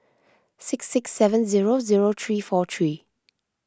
six six seven zero zero three four three